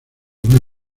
una